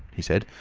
he said,